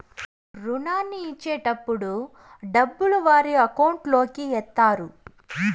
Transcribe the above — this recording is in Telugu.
రుణాన్ని ఇచ్చేటటప్పుడు డబ్బులు వారి అకౌంట్ లోకి ఎత్తారు